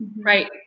Right